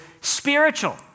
spiritual